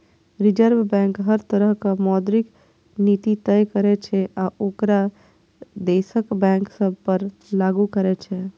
reserve bank हर तरहक मौद्रिक नीति तय करै छै आ ओकरा देशक बैंक सभ पर लागू करै छै